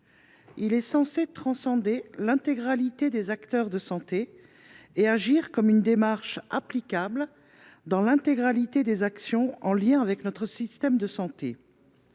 il est censé transcender l’intégralité des acteurs de santé et agir comme une démarche applicable à l’ensemble des actions en lien avec notre système de santé.